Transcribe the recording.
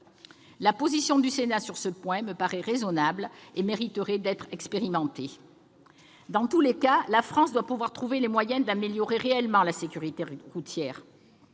La position du Sénat sur ce point me paraît raisonnable et ses propositions mériteraient d'être expérimentées. Dans tous les cas, la France doit pouvoir trouver les moyens d'améliorer réellement la sécurité routière.